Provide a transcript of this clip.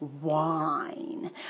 wine